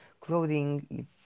clothing